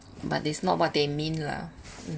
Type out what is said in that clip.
but it's not what they mean lah mm